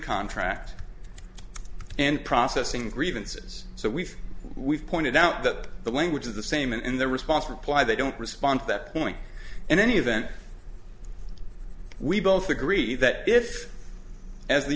contract and processing grievances so we've we've pointed out that the language of the same in their response reply they don't respond at that point in any event we both agree that if as the